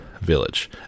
Village